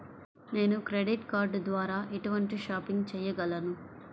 నేను credit card ద్వార ఎటువంటి షాపింగ్ చెయ్యగలను?